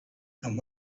and